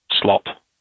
slot